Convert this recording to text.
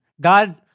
God